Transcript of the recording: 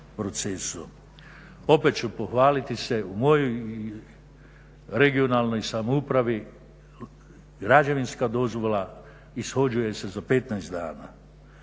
Opet ću pohvaliti se u mojoj regionalnoj samoupravi građevinska dozvola ishođuje se za 15 dana.